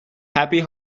happy